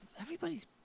Everybody's